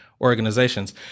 organizations